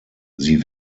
sie